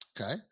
Okay